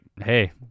hey